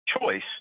choice